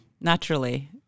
Naturally